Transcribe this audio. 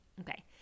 Okay